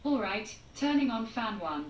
alright turning on fan one